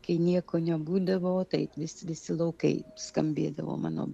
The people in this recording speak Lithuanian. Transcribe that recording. kai nieko nebūdavo o taip vis visi laukai skambėdavo mano